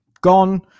gone